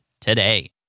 today